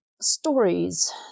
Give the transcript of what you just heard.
stories